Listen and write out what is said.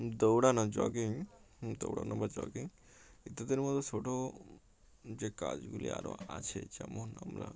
দৌড়ানো জগিং দৌড়ানো বা জগিং ইত্যাদির মতো ছোটো যে কাজগুলি আরও আছে যেমন আমরা